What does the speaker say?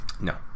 No